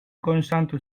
concentre